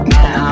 Now